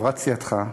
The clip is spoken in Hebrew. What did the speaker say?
חברת סיעתך,